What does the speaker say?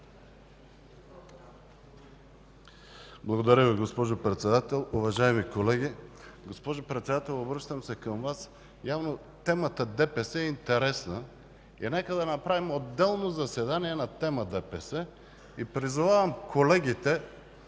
Благодаря Ви, госпожо Председател. Уважаеми колеги! Госпожо Председател, обръщам се към Вас, явно темата ДПС е интересна. Нека да направим отделно заседание на тема ДПС. Призовавам колегите